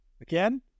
Again